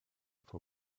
for